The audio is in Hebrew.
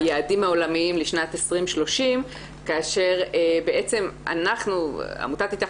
היעדים העולמיים לשנת 2030 כאשר בעצם עמותת אית"ך